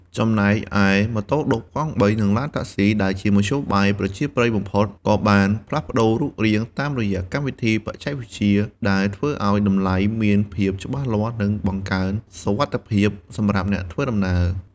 ចំណែកឯ ម៉ូតូឌុប កង់បី និងឡានតាក់ស៊ី ដែលជាមធ្យោបាយប្រជាប្រិយបំផុត ក៏បានផ្លាស់ប្ដូររូបរាងតាមរយៈកម្មវិធីបច្ចេកវិទ្យា ដែលធ្វើឱ្យតម្លៃមានភាពច្បាស់លាស់ និងបង្កើនសុវត្ថិភាពសម្រាប់អ្នកធ្វើដំណើរ។